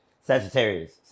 Sagittarius